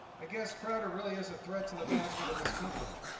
i guess crowder really is a threat to the management of this company.